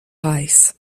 reichs